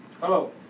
Hello